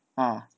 mm